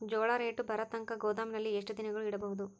ಜೋಳ ರೇಟು ಬರತಂಕ ಗೋದಾಮಿನಲ್ಲಿ ಎಷ್ಟು ದಿನಗಳು ಯಿಡಬಹುದು?